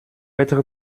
être